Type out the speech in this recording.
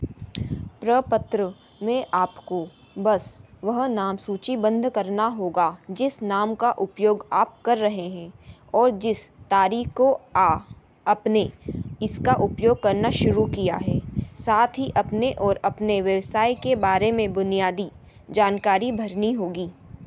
प्रपत्र में आपको बस वह नाम सूचिबंद्ध करना होगा जिस नाम का उपयोग आप कर रहें हैं और जिस तारीख को आ अपने इसका उपयोग करना शुरू किया है साथ ही अपने और अपने व्यवसाय के बारे में बुनियादी जानकारी भरनी होगी